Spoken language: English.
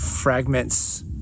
fragments